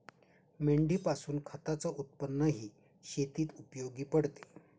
मेंढीपासून खताच उत्पन्नही शेतीत उपयोगी पडते